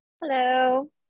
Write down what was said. Hello